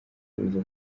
kuza